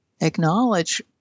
acknowledge